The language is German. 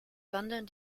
wandern